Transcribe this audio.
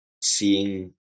seeing